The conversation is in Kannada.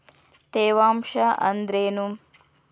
ತೇವಾಂಶ ಅಂದ್ರೇನು?